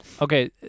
Okay